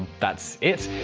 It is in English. that's it?